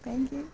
thank you